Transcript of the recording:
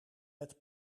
met